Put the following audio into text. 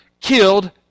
killed